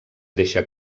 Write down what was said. deixa